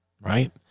Right